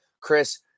Chris